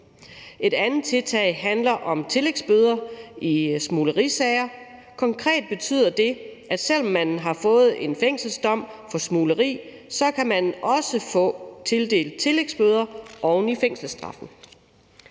Et andet tiltag handler om tillægsbøder i smuglerisager. Konkret betyder det, at selv om man har fået en fængselsdom for smugleri, kan man også få tildelt tillægsbøder oven i fængselsstraffen.